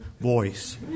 voice